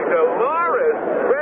Dolores